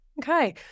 okay